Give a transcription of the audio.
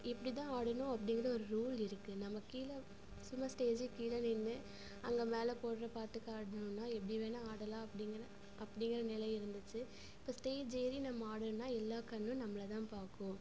இப்படி தான் ஆடணும் அப்டிங்கிற ஒரு ரூல் இருக்குது நமக்கு கீழே சும்மா ஸ்டேஜிக்கு கீழே கீழே நின்று அங்கே மேல போடுற பாட்டுக்கு ஆடுனோம்னா எப்படி வேணுணா ஆடலாம் அப்டிங்கிற அப்டிங்கிற நிலை இருந்துச்சி இப்போ ஸ்டேஜ் ஏறி நம்ம ஆடினோம்னா எல்லா கண்ணும் நம்மளைதான் பார்க்கும்